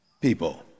people